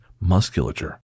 musculature